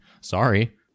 sorry